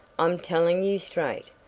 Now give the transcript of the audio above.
i'm telling you straight,